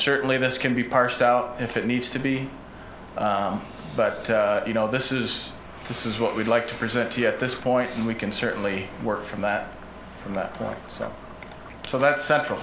certainly this can be parsed out if it needs to be but you know this is this is what we'd like to present to you at this point and we can certainly work from that from that point so so that central